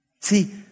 See